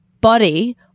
body